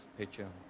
picture